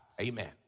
Amen